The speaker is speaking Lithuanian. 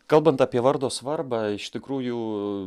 kalbant apie vardo svarbą iš tikrųjų